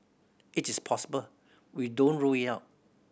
it is possible we don't rule it out